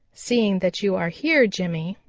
seeing that you are here, jimmy,